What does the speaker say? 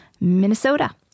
Minnesota